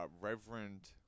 Reverend